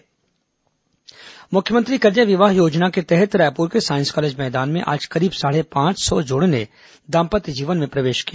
मुख्यमंत्री कन्या विवाह योजना मुख्यमंत्री कन्या विवाह योजना के तहत रायपुर के साईस कॉलेज मैदान में आज करीब साढ़े पांच सौ जोड़ों ने दाम्पत्य जीवन में प्रवेश किया